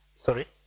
sorry